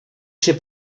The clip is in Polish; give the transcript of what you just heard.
się